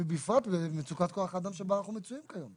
ובפרט מצוקת כוח האדם שבה אנחנו מצויים כיום.